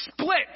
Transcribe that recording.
split